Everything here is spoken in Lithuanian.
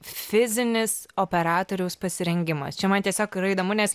fizinis operatoriaus pasirengimas čia man tiesiog yra įdomu nes